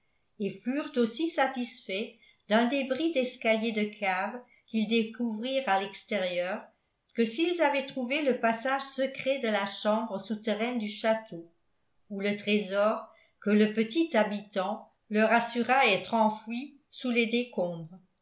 et furent aussi satisfaits d'un débris d'escalier de cave qu'ils découvrirent à l'extérieur que s'ils avaient trouvé le passage secret de la chambre souterraine du château ou le trésor que le petit habitant leur assura être enfoui sous les décombres